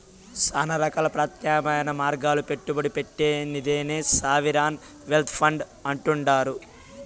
శానా రకాల ప్రత్యామ్నాయ మార్గాల్ల పెట్టుబడి పెట్టే నిదినే సావరిన్ వెల్త్ ఫండ్ అంటుండారు